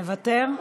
מוותר?